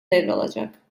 devralacak